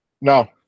No